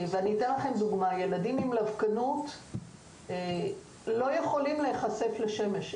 היא שילדים עם לבקנות לא יכולים להיחשף לשמש.